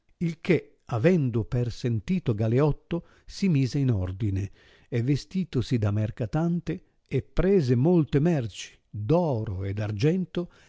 il che avendo persentito galeotto si mise in ordine e vestitosi da mercatante e prese molte merci d'oro e d'argento